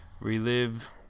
relive